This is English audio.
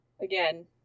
again